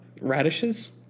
radishes